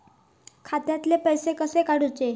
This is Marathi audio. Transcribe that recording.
खात्यातले पैसे कशे काडूचा?